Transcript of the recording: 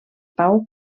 pau